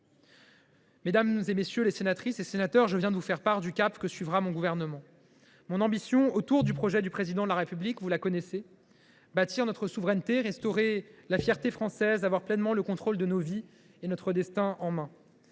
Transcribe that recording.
Mesdames, messieurs les sénatrices et les sénateurs, je viens de vous faire part du cap que suivra mon gouvernement. Mon ambition, autour du projet du Président de la République, vous la connaissez : bâtir notre souveraineté, restaurer la fierté française, avoir pleinement le contrôle de nos vies, avoir notre destin en main.